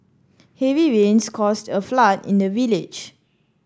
heavy rains caused a flood in the village